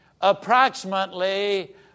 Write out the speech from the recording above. approximately